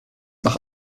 nach